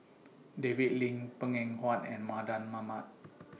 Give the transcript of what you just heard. David Lim Png Eng Huat and Mardan Mamat